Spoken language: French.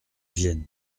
vienne